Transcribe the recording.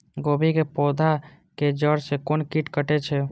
गोभी के पोधा के जड़ से कोन कीट कटे छे?